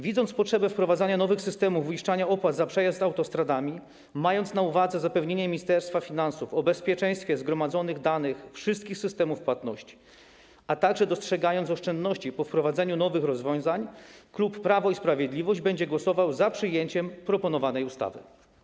Widząc potrzebę wprowadzania nowych systemów uiszczania opłat za przejazd autostradami i mając na uwadze zapewnienia Ministerstwa Finansów o bezpieczeństwie danych zgromadzonych we wszystkich systemach płatności, a także dostrzegając oszczędności, które powstaną po wprowadzeniu nowych rozwiązań, klub Prawo i Sprawiedliwość będzie głosował za przyjęciem proponowanej ustawy.